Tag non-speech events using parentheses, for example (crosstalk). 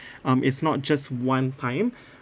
(breath) um it's not just one time (breath)